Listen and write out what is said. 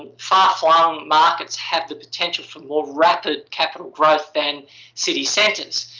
far-flung markets have the potential for more rapid capital growth than city centers.